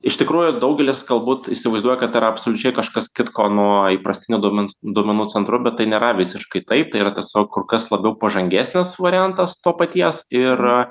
iš tikrųjų daugelis galbūt įsivaizduoja kad tai yra absoliučiai kažkas kitko nuo įprastinio duomens duomenų centrų bet tai nėra visiškai taip tai yra tiesiog kur kas labiau pažangesnis variantas to paties yra